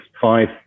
five